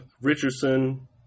Richardson